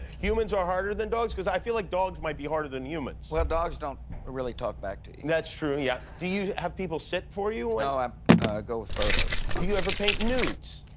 humans are harder than dogs? cause i feel like dogs might be harder than humans. well dogs don't really talk back to you. that's true, yeah do you have people sit for you? no, i go with photos. do you ever paint nudes?